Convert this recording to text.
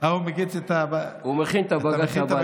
הוא מכין את הבג"ץ הבא.